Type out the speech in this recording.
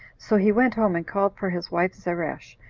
so he went home and called for his wife zeresh,